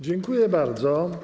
Dziękuję bardzo.